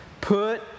Put